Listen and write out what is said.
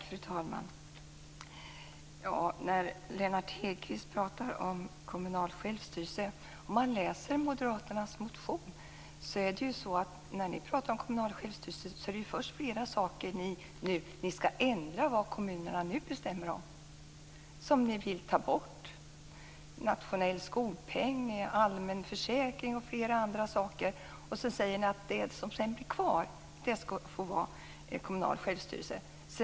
Fru talman! Lennart Hedquist pratar om kommunal självstyrelse. Läser man moderaternas motion kan man se att ni först vill ta bort flera saker som kommunerna nu bestämmer om - nationell skolpeng, allmän försäkring och flera andra saker. Sedan säger ni att det som blir kvar, det får utgöra kommunal självstyrelse.